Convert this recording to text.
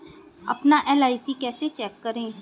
अपना एल.आई.सी कैसे चेक करें?